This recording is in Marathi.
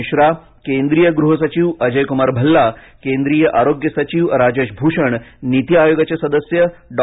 मिश्रा केंद्रीय गृह सचिव अजयकुमार भल्ला केंद्रीय आरोग्य सचिव राजेश भूषण नीती आयोगाचे सदस्य डॉ